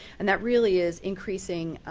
and that really is increasing